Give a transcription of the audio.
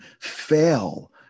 fail